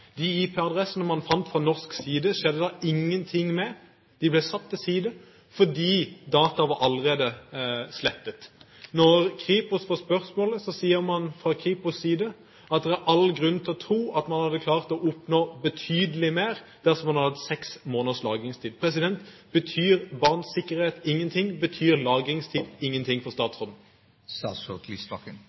De IP-adressene man fant fra norsk side, skjedde det ingenting med. De ble satt til side fordi dataene allerede var slettet. Når Kripos får spørsmålet, sier man fra Kripos’ side at det er all grunn til å tro at man hadde klart å oppnå betydelig mer dersom man hadde hatt seks måneders lagringstid. Betyr barns sikkerhet ingenting? Betyr lagringstid ingenting for statsråden?